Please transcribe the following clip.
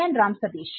ഞാൻ രാം സതീഷ്